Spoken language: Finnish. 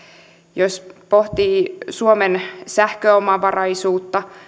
jos pohtii suomen sähköomavaraisuutta